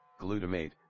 glutamate